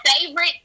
favorite